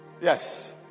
yes